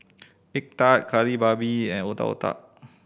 egg tart Kari Babi and Otak Otak